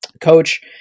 coach